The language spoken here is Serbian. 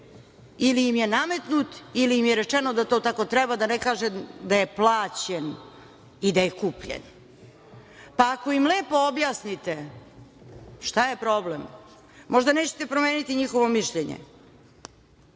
ili im je nametnut, ili im je rečeno da to tako treba, da ne kažem da je plaćen i da je kupljen. Ako im lepo objasnite šta je problem. Možda nećete promeniti njihovo mišljenje,